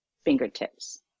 fingertips